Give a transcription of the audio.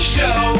Show